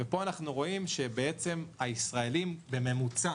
ופה אנחנו רואים שהישראלים בממוצע